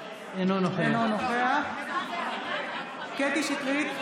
אינו נוכח קטי קטרין שטרית,